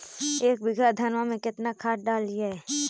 एक बीघा धन्मा में केतना खाद डालिए?